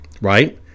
right